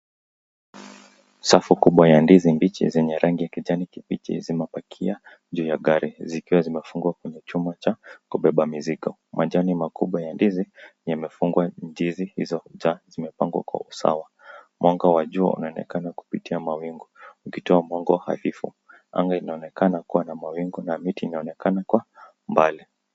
Safu kubwa ya ndizi mbichi zenye rangi ya kijani kibichi zimepakia ju ya gari zikiwa zimefungwa kwenye chuma cha kubeba mizigo. Majani makubwa ya ndizi yamefungwa ndizi hizo za zimepangwa kwa usawa. Mwanga wa jua unaonekana kupitia mawingu ukitoa mwongo hafifu. Anga inaonekana kuwa na mawingu na miti inaonekana kwa umbali.